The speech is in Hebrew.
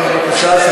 כן, בבקשה.